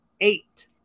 eight